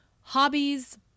hobbies